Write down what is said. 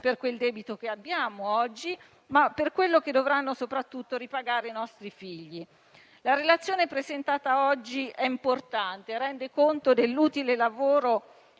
per quel debito che abbiamo oggi, ma soprattutto per quello che dovranno ripagare i nostri figli. La relazione presentata oggi è importante e rende conto dell'utile lavoro